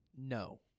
No